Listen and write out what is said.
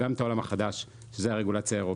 וגם את "העולם החדש" שזה הרגולציה האירופית.